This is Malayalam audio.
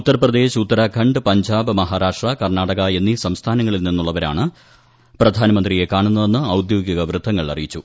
ഉത്തർപ്രദ്ദേശ് ഉത്തരാഖണ്ഡ് പഞ്ചാബ് മഹാരാഷ്ട്ര കർണ്ണാടക എന്നീ സംസ്ഥാനങ്ങളിൽ നിന്നുള്ളവരാണ് പ്രധാനമന്ത്രിയെ കാണുന്നതെന്ന് ഔദ്യോഗിക വൃത്തങ്ങൾ അറിയിച്ചു